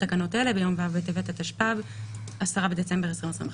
בתקנות סמכויות מיוחדות להתמודדות עם נגיף